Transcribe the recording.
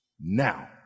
now